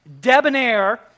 debonair